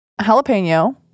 jalapeno